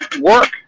work